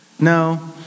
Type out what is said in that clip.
No